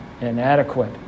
inadequate